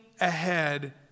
ahead